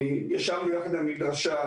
ישבנו יחד עם המדרשה,